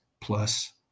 plus